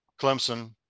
Clemson